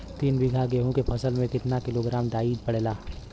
तीन बिघा गेहूँ के फसल मे कितना किलोग्राम डाई पड़ेला?